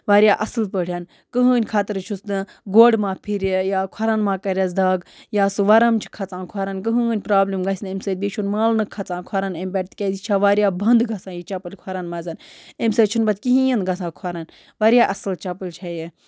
وارِیاہ اَصٕل پٲٹھۍ کٕہٕنۍ خٲطرٕ چھُس نہٕ گۄڈٕ ما پھرِ یا کھۄرَن ما کَرٮ۪س دَگ یا سُہ وَرَم چھُ کھَژان کھۄرَن کٕہٕنۍ پرٛابلِم گژھِ نہٕ امہِ سۭتۍ بیٚیہِ چھُنہٕ مالنہٕ کھَژان کھۄرَن اَمہِ پٮ۪ٹھ تِکیٛازِ یہِ چھےٚ وارِیاہ بَنٛد گژھان یہِ چَپٕلۍ کھۄرَن منٛز ایٚمہِ سۭتۍ چھُنہٕ پَتہٕ کِہیٖنۍ گژھان کھۄرَن وارِیاہ اَصٕل چَپٕل چھےٚ یہِ